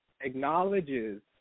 acknowledges